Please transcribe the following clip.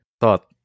thought